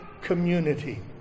community